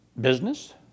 business